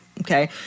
Okay